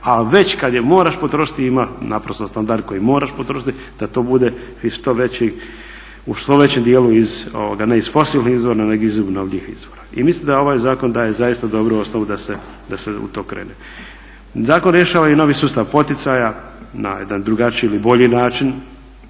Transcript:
a već kad je moraš potrošiti ima naprosto standard koji moraš potrošiti da to bude u što većem dijelu ne iz fosilnih izvora nego iz obnovljivih izvora. I mislim da ovaj zakon daje zaista dobru osnovu da se u to krene. Zakon rješava i novi sustav poticaja, na jedan drugačiji ili bolji način,